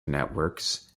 networks